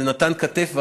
נתן כתף,